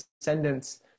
descendants